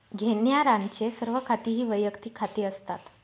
घेण्यारांचे सर्व खाती ही वैयक्तिक खाती असतात